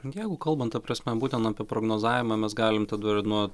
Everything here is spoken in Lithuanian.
jeigu kalbant ta prasme būtent apie prognozavimą mes galim tada ir nuo